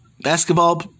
basketball